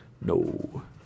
No